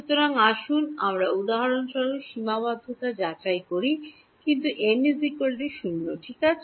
সুতরাং আসুন আমরা উদাহরণস্বরূপ সীমাবদ্ধতা যাচাই করি বিকল্প m 0 ঠিক আছে